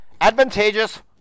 advantageous